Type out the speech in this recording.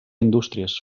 indústries